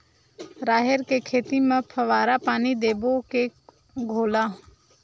राहेर के खेती म फवारा पानी देबो के घोला?